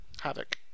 Havoc